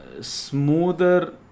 smoother